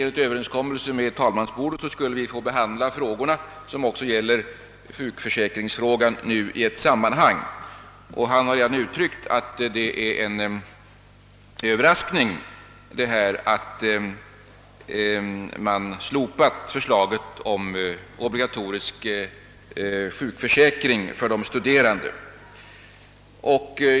Enligt överenskommelse med talmannen får vi dock behandla frågan om sjukförsäkring i detta sammanhang. Herr Nordstrandh har sålunda uttryckt sin överraskning över att man slopat förslaget om obligatorisk sjukförsäkring för de studerande.